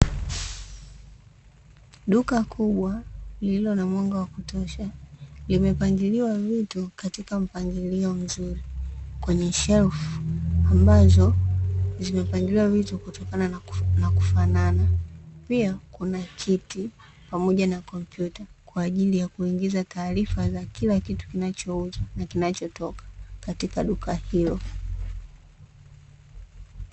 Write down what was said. Duka kubwa lililo na mwanga wa kutosha, limepangiliwa vitu katika mpangilio mzuri, kwenye shelfu ambazo zimepangiliwa vitu kutokana na kufanana. Pia kuna kiti pamoja na kompyuta, kwa ajili ya kuingiza taarifa ya kila kitu kinachouzwa, na kinachotoka katika duka hilo.